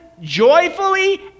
joyfully